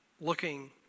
looking